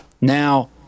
Now